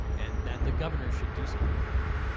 and that the governor should do something about it.